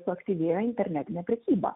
suaktyvėjo internetinė prekyba